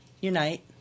Unite